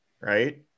Right